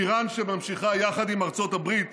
איראן, שממשיכה יחד עם ארצות הברית